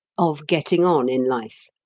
of getting on in life.